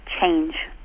change